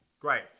Great